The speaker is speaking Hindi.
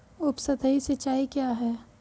उपसतही सिंचाई क्या है?